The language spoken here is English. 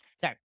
sorry